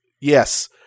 yes